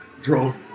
drove